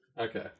Okay